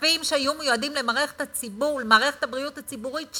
כספים שהיו מיועדים למערכת הבריאות הציבורית,